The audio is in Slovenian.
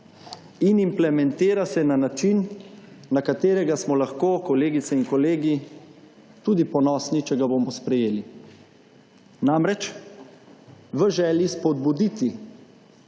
In implementira se na način, na katerega smo lahko kolegice in kolegi tudi ponosni, če ga bomo sprejeli. Namreč, v želji spodbuditi